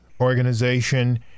organization